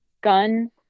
Gun